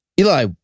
Eli